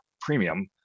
premium